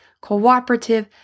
cooperative